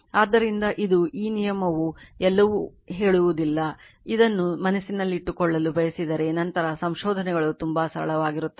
ಆದ್ದರಿಂದ ಇದು ಈ ನಿಯಮವು ಎಲ್ಲಿಯೂ ಹೇಳುವುದಿಲ್ಲ ಇದನ್ನು ಮನಸ್ಸಿನಲ್ಲಿಟ್ಟುಕೊಳ್ಳಲು ಬಯಸಿದರೆ ನಂತರ ಸಂಶೋಧನೆಗಳು ತುಂಬಾ ಸರಳವಾಗಿರುತ್ತದೆ